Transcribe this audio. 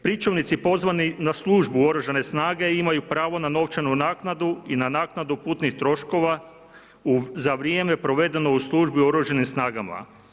Pričuvnici pozvani na službu u Oružane snage imaju pravo na novčanu naknadu i na naknadu putnih troškova za vrijeme provedeno u službi u Oružanim snagama.